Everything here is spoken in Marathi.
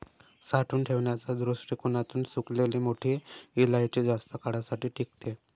साठवून ठेवण्याच्या दृष्टीकोणातून सुकलेली मोठी इलायची जास्त काळासाठी टिकते